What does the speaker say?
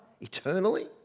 eternally